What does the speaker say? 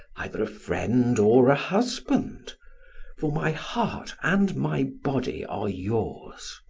either a friend or a husband for my heart and my body are yours.